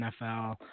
NFL